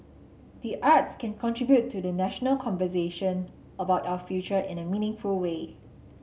the arts can contribute to the national conversation about our future in a meaningful way